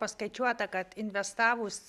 paskaičiuota kad investavus